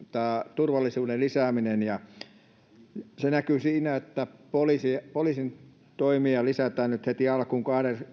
turvallisuuden lisääminen se näkyy siinä että poliisin toimia lisätään nyt heti alkuun